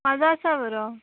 आजो आसा बरो